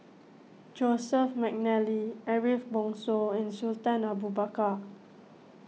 Joseph McNally Ariff Bongso and Sultan Abu Bakar